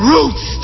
Roots